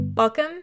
Welcome